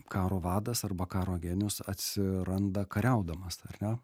karo vadas arba karo genijus atsiranda kariaudamas ar ne